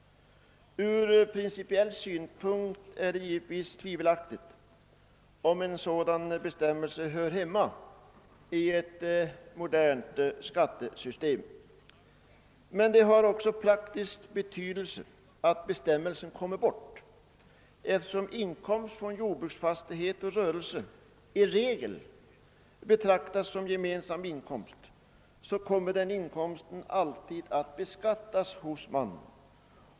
Från principiell synpunkt är det givetvis tveksamt, om en sådan bestämmelse hör hemma i ett modernt skattesystem. Men det är också av praktisk betydelse att bestämmelsen tas bort. Eftersom inkomst från jordbruksfastighet och rörelse i regel betraktas som gemensam inkomst kommer den alltid att beskattas hos mannen.